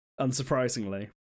unsurprisingly